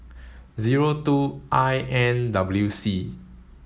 zero two I N W C